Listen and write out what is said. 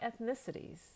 ethnicities